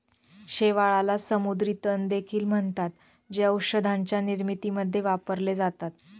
शेवाळाला समुद्री तण देखील म्हणतात, जे औषधांच्या निर्मितीमध्ये वापरले जातात